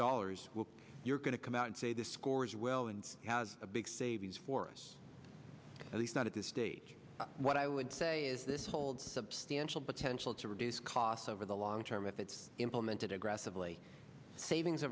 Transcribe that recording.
dollars will you're going to come out and say the score is well and has a big savings for us at least not at this stage what i would say is this hold substantial potential to reduce costs over the long term if it's implemented aggressively savings